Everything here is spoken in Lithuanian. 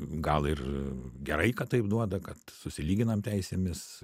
gal ir gerai kad taip duoda kad susilyginam teisėmis